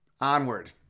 onward